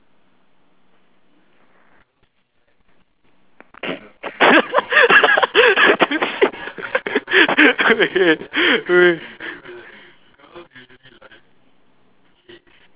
shit okay